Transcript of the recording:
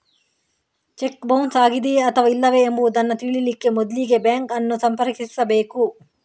check bounce ಆಗಿದೆಯೇ ಅಥವಾ ಇಲ್ಲವೇ ಎಂಬುದನ್ನ ತಿಳೀಲಿಕ್ಕೆ ಮೊದ್ಲಿಗೆ ಬ್ಯಾಂಕ್ ಅನ್ನು ಸಂಪರ್ಕಿಸ್ಬೇಕು